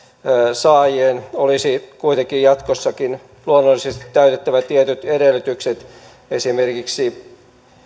saajien olisi kuitenkin jatkossakin luonnollisesti täytettävä tietyt edellytykset esimerkiksi